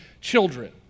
children